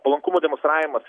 palankumo demonstravimas